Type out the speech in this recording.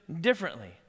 differently